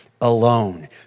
Alone